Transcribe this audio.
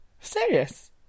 serious